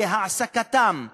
בתוכנית הזאת על-ידי העסקתם ישירות,